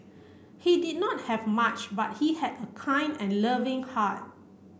he did not have much but he had a kind and loving heart